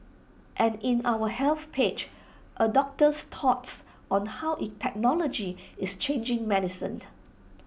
and in our health page A doctor's thoughts on how technology is changing